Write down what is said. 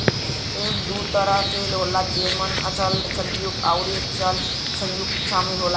संपत्ति दू तरह क होला जेमन अचल संपत्ति आउर चल संपत्ति शामिल हौ